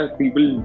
people